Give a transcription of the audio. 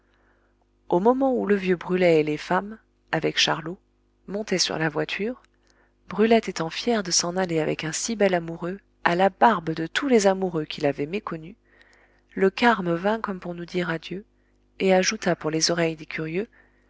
au moment où le vieux brulet et les femmes avec charlot montaient sur la voiture brulette étant fière de s'en aller avec un si bel amoureux à la barbe de tous les amoureux qui l'avaient méconnue le carme vint comme pour nous dire adieu et ajouta pour les oreilles des curieux